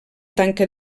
tanca